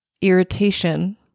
irritation